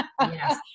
Yes